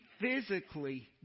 physically